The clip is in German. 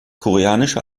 koreanische